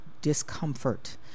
discomfort